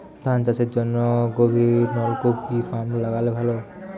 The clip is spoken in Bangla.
ধান চাষের জন্য গভিরনলকুপ কি পাম্প লাগালে ভালো?